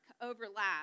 overlap